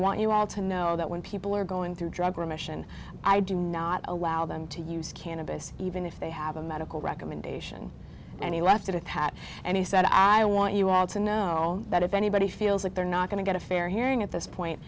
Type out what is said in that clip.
want you all to know that when people are going through drug remission i do not allow them to use cannabis even if they have a medical recommendation and he left it at pat and he said i want you all to know that if anybody feels that they're not going to get a fair hearing at this point